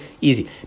Easy